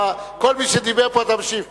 כל מי שדיבר פה, אתה משיב.